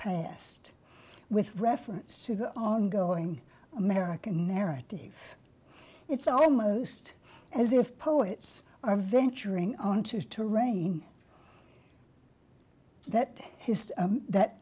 past with reference to the ongoing american narrative it's almost as if poets are venturing onto terrain that history that